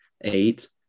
eight